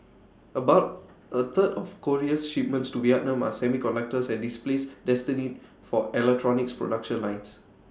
about A third of Korea's shipments to Vietnam are semiconductors and displays destined for electronics production lines